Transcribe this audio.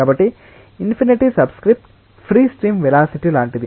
కాబట్టి infinity subscript free stream velocity లాంటిది